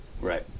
Right